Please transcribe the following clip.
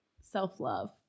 self-love